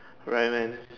alright man